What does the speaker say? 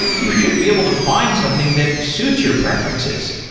you should be able to find something that suits your preferences.